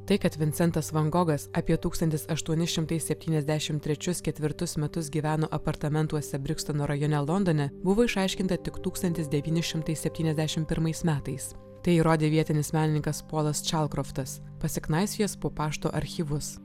tai kad vincentas van gogas apie tūkstantis aštuoni šimtai septyniasdešimt trečius ketvirtus metus gyveno apartamentuose brikstono rajone londone buvo išaiškinta tik tūkstantis devyni šimtai septyniasdešimt pirmais metais tai įrodė vietinis menininkas polas čalkroftas pasiknaisiojęs po pašto archyvus